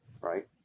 Right